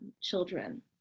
children